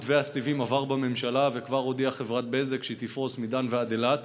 מתווה הסיבים עבר בממשלה וכבר הודיעה חברת בזק שהיא תפרוס מדן ועד אילת.